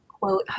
quote